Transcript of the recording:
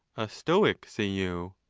a stoic, say you?